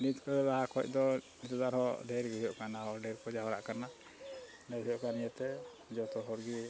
ᱱᱤᱛ ᱠᱷᱚᱱ ᱞᱟᱦᱟ ᱠᱷᱚᱱ ᱫᱚ ᱱᱤᱛᱳᱜ ᱫᱚ ᱟᱨᱦᱚᱸ ᱰᱷᱮᱨ ᱜᱮ ᱦᱩᱭᱩᱜ ᱠᱟᱱᱟ ᱚᱸᱰᱮ ᱠᱚ ᱡᱟᱣᱨᱟᱜ ᱠᱟᱱᱟ ᱚᱸᱰᱮ ᱦᱩᱭᱩᱜ ᱠᱟᱱ ᱤᱭᱟᱹᱛᱮ ᱡᱷᱚᱛᱚ ᱦᱚᱲ ᱜᱮ